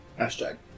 Hashtag